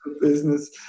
business